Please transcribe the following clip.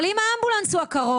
אבל אם האמבולנס הוא הקרוב,